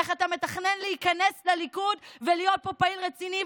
איך אתה מתכנן להיכנס לליכוד ולהיות בו פעיל רציני,